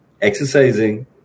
exercising